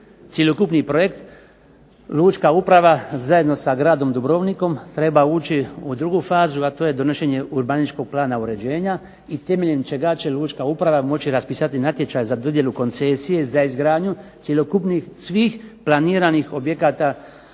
cjelokupni projekt, lučka uprava zajedno sa gradom Dubrovnikom treba ući u drugu fazu, a to je donošenje urbanističkog plana uređenja i temeljem čega će lučka uprava moći raspisati natječaj za dodjelu koncesije za izgradnju cjelokupnih svih planiranih objekata